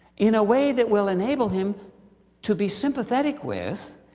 in a way that will enable him to be sympathetic with,